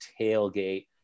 tailgate